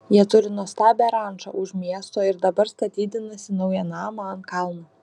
jie turi nuostabią rančą už miesto ir dabar statydinasi naują namą ant kalno